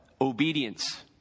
obedience